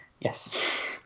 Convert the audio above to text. yes